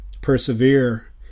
persevere